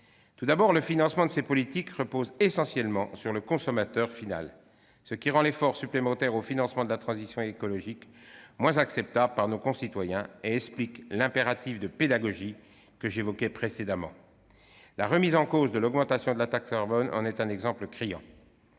Tout d'abord, le financement de ces politiques repose essentiellement sur le consommateur final, ce qui rend l'effort supplémentaire pour le financement de la transition écologique moins acceptable par nos concitoyens et explique l'impératif de pédagogie que j'ai évoqué au début de mon intervention. La remise en cause de l'augmentation de la taxe carbone en est un exemple criant.